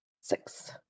Six